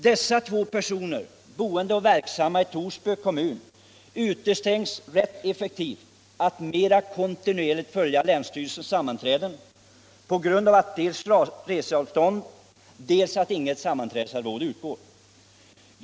Dessa två personer, boende och verksamma i Torsby kommun, utestängs rätt effektivt från att mer kontinuerligt följa länsstyrelsens sammanträden — dels på grund av långa reseavstånd, dels därför att inget sammanträdesarvode utgår.